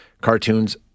cartoons